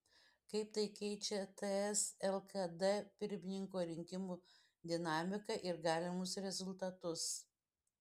kaip tai keičia ts lkd pirmininko rinkimų dinamiką ir galimus rezultatus